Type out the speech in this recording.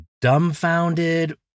dumbfounded